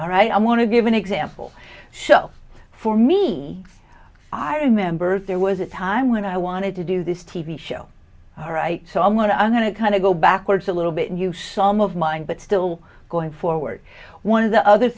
all right i want to give an example so for me i remember there was a time when i wanted to do this t v show all right so i'm going to own a kind of go backwards a little bit and use some of mine but still going forward one of the other